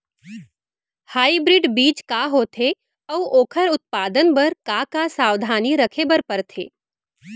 Hybrid बीज का होथे अऊ ओखर उत्पादन बर का का सावधानी रखे बर परथे?